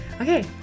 okay